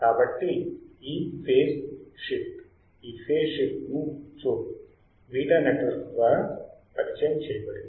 కాబట్టి ఈ ఫేజ్ మార్పు ఈ ఫేజ్ మార్పును చూడు β నెట్వర్క్ ద్వారా పరిచయం చేయబడింది